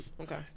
Okay